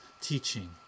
teaching